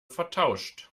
vertauscht